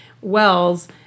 Wells